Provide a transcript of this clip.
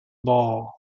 ball